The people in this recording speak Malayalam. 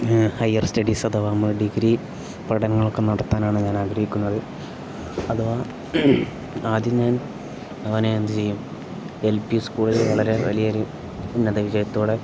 ഏ ഹയർ സ്റ്റഡീസ് അഥവാ ഡിഗ്രി പഠനങ്ങളൊക്കെ നടത്താനാണ് ഞാൻ ആഗ്രഹിക്കുന്നത് അഥവാ ആദ്യം ഞാൻ അവനെ എന്ത് ചെയ്യും എൽ പി സ്കൂളിൽ വളരെ വലിയൊരു ഉന്നത വിജയത്തോടെ